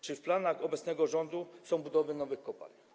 Czy w planach obecnego rządu jest budowa nowych kopalń?